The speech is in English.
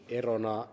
erona